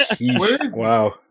Wow